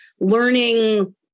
learning